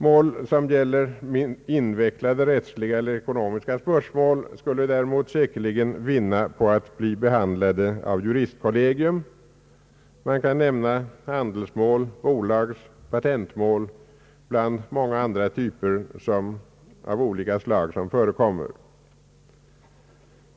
Mål som gäller invecklade rättsliga eller ekonomiska spörsmål skulle däremot säkerligen vinna på att bli behandlade av juristkollegium. Man kan nämna handelsmål, bolagsmål och patentmål bland många andra av olika slag.